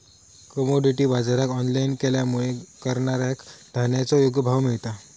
commodity बाजराक online केल्यामुळे करणाऱ्याक धान्याचो योग्य भाव मिळता